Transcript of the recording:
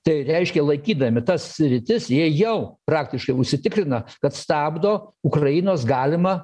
tai reiškia laikydami tas sritis jie jau praktiškai užsitikrina kad stabdo ukrainos galimą